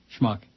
Schmuck